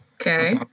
Okay